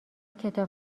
کتاب